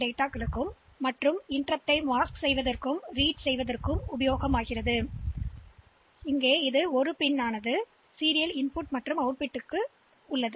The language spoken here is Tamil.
எனவே சீரியல் உள்ளீடு மற்றும் வெளியீடாக செயல்பட அக்கீம்லெட்டரில் ஒரு பிட் கட்டமைக்கப்பட்டுள்ளன